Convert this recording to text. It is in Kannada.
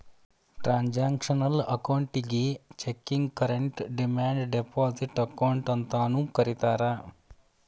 ಟ್ರಾನ್ಸಾಕ್ಷನಲ್ ಅಕೌಂಟಿಗಿ checking current demand deposit account ಅಂತಾನೂ ಕರಿತಾರಾ